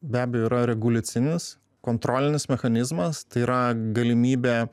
be abejo yra reguliacinis kontrolinis mechanizmas tai yra galimybė